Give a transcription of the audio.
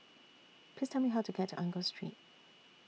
Please Tell Me How to get to Angus Street